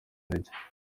intege